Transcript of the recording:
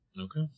Okay